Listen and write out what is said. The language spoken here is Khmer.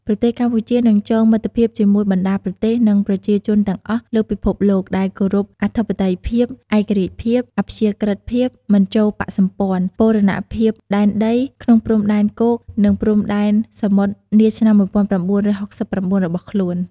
ប្រទេសកម្ពុជានឹងចងមិត្តភាពជាមួយបណ្តាប្រទេស និងប្រជាជនទាំងអស់លើពិភពលោក ដែលគោរពអធិបតេយ្យភាព ឯករាជ្យភាព អព្យាក្រឹតភាព មិនចូលបក្សសម្ព័ន្ធ បូរណភាពដែនដីក្នុងព្រំដែនគោក និងព្រំដែនសមុទ្រនាឆ្នាំ១៩៦៩ របស់ខ្លួន។